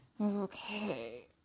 Okay